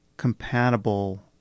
compatible